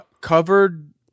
Covered